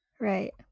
Right